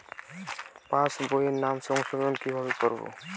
পাশ বইয়ে নাম সংশোধন কিভাবে করা হয়?